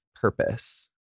purpose